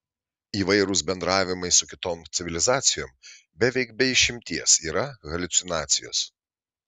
įvairūs bendravimai su kitom civilizacijom beveik be išimties yra haliucinacijos